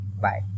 Bye